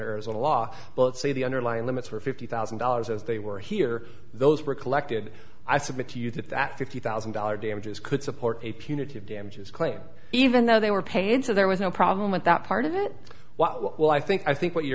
der is a law let's say the underlying limits were fifty thousand dollars as they were here those were collected i submit to you that that fifty thousand dollars damages could support a punitive damages claim even though they were paid so there was no problem with that part of it well i think i think what you